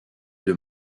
deux